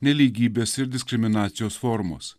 nelygybės ir diskriminacijos formos